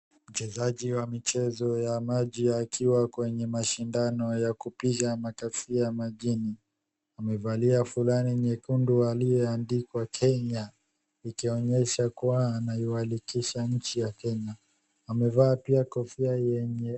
Mchezaji wa michezo ya maji akiwa kwenye mashindano ya kupiga makasia majini, amevalia fulana nyekundu aliyeandikwa Kenya ikionyesha kuwa anaiwakilisha nchi ya Kenya, amevaa pia kofia yenye........